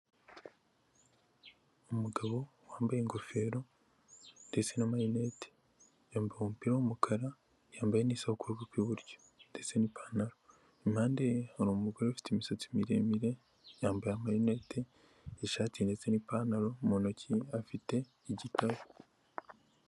Umugabo wambaye ingofero ndetse n'amarinete yambaye umupira w'umukara yambaye neza isaha ku kuboko kw'iburyo ndetse n'ipantaro impande ye hari umugore ufite imisatsi miremire yambaye marinette ishati ndetse n'ipantaro mu ntoki afite igitabo.